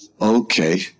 okay